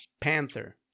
panther